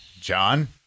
John